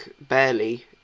barely